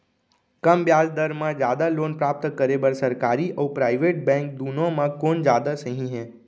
कम ब्याज दर मा जादा लोन प्राप्त करे बर, सरकारी अऊ प्राइवेट बैंक दुनो मा कोन जादा सही हे?